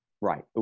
Right